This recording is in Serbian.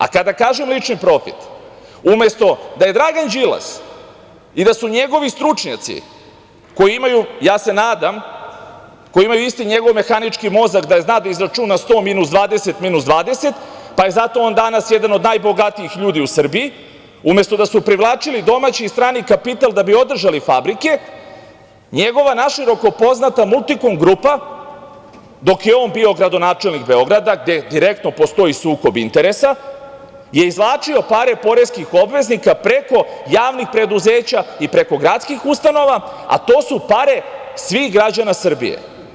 A, kada kažem lični profit, umesto da je Dragan Đilas i da su njegovi stručnjaci koji imaju, ja se nadam, koji imaju isti njegov mehanički mozak da zna da izračuna 100 minus 20 minus 20, pa je zato on danas jedan od najbogatijih ljudi u Srbiji, umesto da su privlačili domaći i strani kapital da bi održali fabrike, njegova naširoko poznata „Multikom grupa“, dok je on bio gradonačelnik Beograda, gde direktno postoji sukob interesa, je izvlačila pare poreskih obveznika preko javnih preduzeća i preko gradskih ustanova, a to su pare svih građana Srbije.